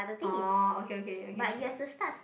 orh okay okay okay